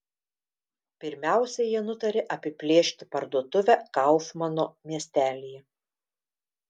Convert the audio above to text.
pirmiausia jie nutarė apiplėšti parduotuvę kaufmano miestelyje